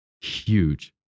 huge